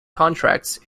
contracts